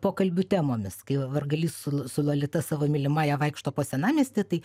pokalbių temomis kai ar gali su su lolita savo savo mylimąja vaikšto po senamiestį tai